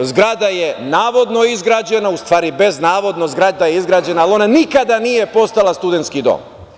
Zgrada je navodno izgrađena, u stvari bez navodno, zgrada je izgrađena, ali ona nikada nije postala studentski dom.